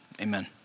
Amen